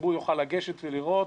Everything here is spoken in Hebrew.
שהציבור יוכל לגשת ולראות.